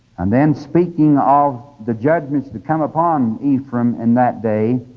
and then speaking of the judgments to come upon ephraim in that day,